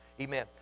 Amen